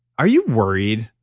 are you worried?